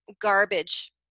garbage